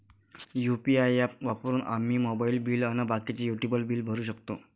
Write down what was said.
UPI app वापरून आम्ही mobile bill अन बाकीचे युटिलिटी बिल भरू शकतो